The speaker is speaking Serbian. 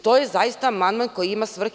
To je zaista amandman koji ima svrhe.